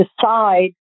decide